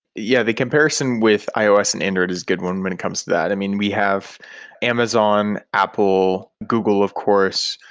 yeah. the comparison with ios and android is a good one when it comes to that. i mean, we have amazon, apple, google of course,